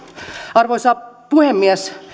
arvoisa puhemies